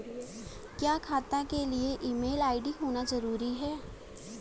क्या खाता के लिए ईमेल आई.डी होना जरूरी है?